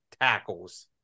tackles